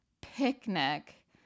picnic